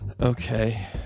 Okay